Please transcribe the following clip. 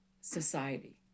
society